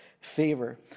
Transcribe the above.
favor